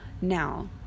now